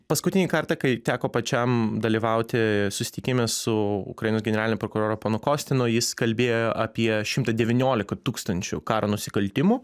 paskutinį kartą kai teko pačiam dalyvauti susitikime su ukrainos generaliniu prokuroru ponu kostinu jis kalbėjo apie šimtą devyniolika tūkstančių karo nusikaltimų